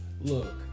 look